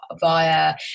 via